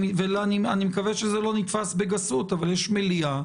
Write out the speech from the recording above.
ואני מקווה שזה לא נתפס כגסות, אבל יש מליאה.